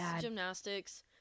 gymnastics